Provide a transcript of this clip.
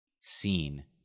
seen